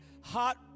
hot